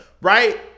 Right